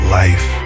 life